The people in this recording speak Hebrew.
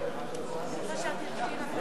את לא יכולה לצפות מאנשים שרק לפני